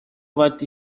what